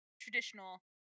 traditional